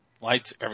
Lights